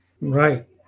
Right